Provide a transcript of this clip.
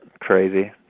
crazy